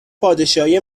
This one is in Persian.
پادشاهی